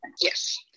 Yes